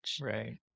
right